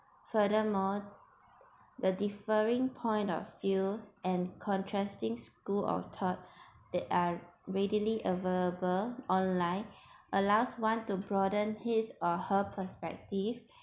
furthermore the differing point of view and contrasting school of thought that are readily available online allows one to broaden his or her perspective